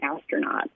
astronaut